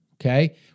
okay